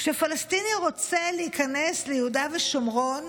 כשפלסטיני רוצה להיכנס מיהודה ושומרון